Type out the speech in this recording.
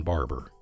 Barber